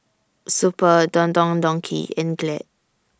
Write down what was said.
Super Don Don Donki and Glad